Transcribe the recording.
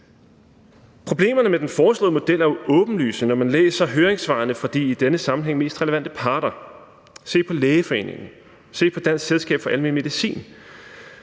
Problemerne med den foreslåede model er jo åbenlyse, når man læser høringssvarene fra de i denne sammenhæng mest relevante parter. Se på Lægeforeningens svar, se på Dansk Selskab for Almen Medicins